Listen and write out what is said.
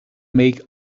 make